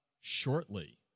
shortly